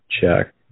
check